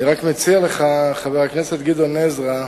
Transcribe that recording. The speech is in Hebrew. אני מציע לך, חבר הכנסת גדעון עזרא,